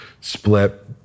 split